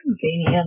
convenient